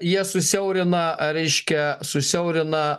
jie susiaurina reiškia susiaurina